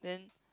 then